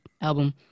album